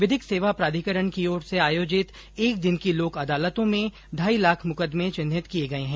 विधिक सेवा प्राधिकरण की ओर से आयोजित एक दिन की लोक अदालतो में ढाई लाख मुकदमे चिन्हित किये गये है